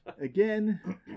again